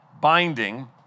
binding